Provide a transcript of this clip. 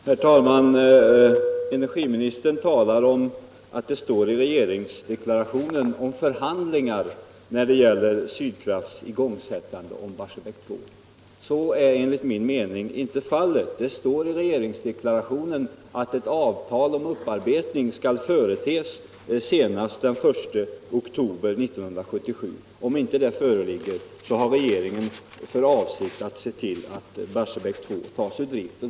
Herr talman! Energiministern säger att det i regeringsdeklarationen talas om förhandlingar när det gäller Sydkrafts igångsättande av Barsebäck 21 Om regeringens linje i kärnkraftsfrågan 2. Så är enligt min mening inte fallet. Det står i regeringsdeklarationen att ett avtal om upparbetning skall företes senast den 1 oktober 1977 - om ett sådant avtal inte föreligger har regeringen för avsikt att se till att Barsebäck 2 tas ur drift.